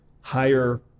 higher